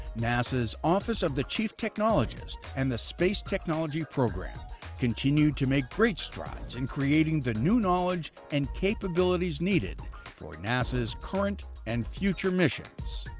nasa's office of the chief technologist and the space technology program continued to make great strides in creating the new knowledge and capabilities needed for like nasa's current and future missions